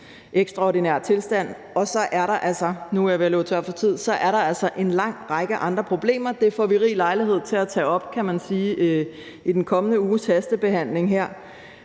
ekstraordinær tilstand. Og så er der altså – nu er jeg ved at løbe tør for tid – en lang række andre problemer. Det får vi rig lejlighed til at tage op, kan man sige, i den kommende uges hastebehandling her.